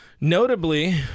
notably